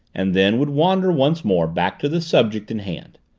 and then would wander once more back to the subject in hand.